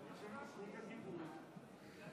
בבקשה.